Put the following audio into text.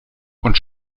und